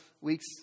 weeks